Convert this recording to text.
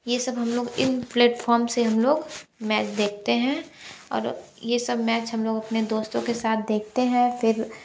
यह सब हम लोग इन प्लेटफॉर्म से हमलोग मैच देखते हैं और यह सब मैच हमलोग अपने दोस्तों के साथ देखते हैं फ़िर